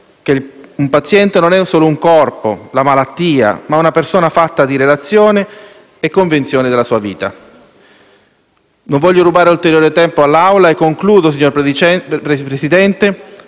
che un paziente non è solo un corpo o una malattia, ma una persona fatta di relazioni e convinzioni della sua vita. Non voglio rubare ulteriore tempo all'Assemblea e concludo, signor Presidente,